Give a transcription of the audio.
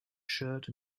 shirt